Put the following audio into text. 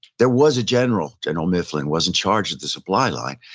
there was a general, general mifflin, was in charge of the supply line.